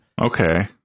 Okay